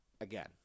again